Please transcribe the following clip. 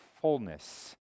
fullness